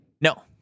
No